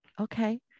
okay